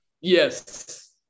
Yes